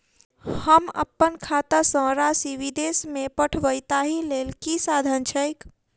हम अप्पन खाता सँ राशि विदेश मे पठवै ताहि लेल की साधन छैक?